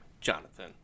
Jonathan